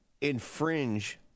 infringe